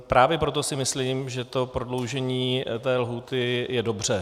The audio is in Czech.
Právě proto si myslím, že prodloužení lhůty je dobře.